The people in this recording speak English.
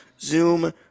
Zoom